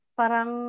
parang